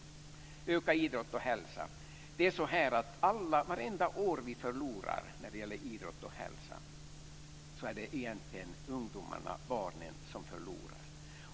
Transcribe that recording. Beträffande att man ska öka antalet timmar i ämnet idrott och hälsa är det på det sättet att vartenda år som vi förlorar när det gäller idrott och hälsa så är det egentligen ungdomarna och barnen som förlorar.